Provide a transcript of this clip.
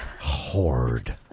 horde